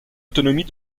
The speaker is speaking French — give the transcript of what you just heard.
autonomie